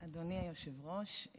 אדוני היושב-ראש,